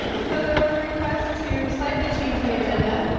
so there was a request to slightly change the agenda,